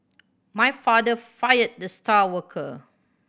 my father fired the star worker